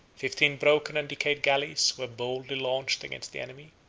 fifteen broken and decayed galleys were boldly launched against the enemy